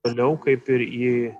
vėliau kaip ir į